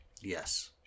Yes